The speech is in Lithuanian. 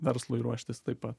verslui ruoštis taip pat